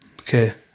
Okay